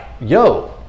yo